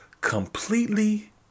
completely